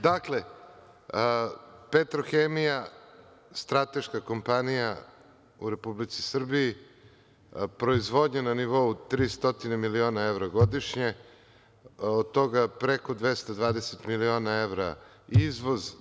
Dakle, „Petrohemija“ strateška kompanija u Republici Srbiji, proizvodnja na nivou 300 miliona evra godišnje, od toga preko 220 miliona evra, izvoz.